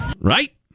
right